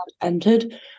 entered